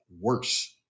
worse